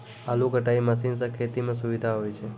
आलू कटाई मसीन सें खेती म सुबिधा होय छै